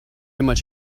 much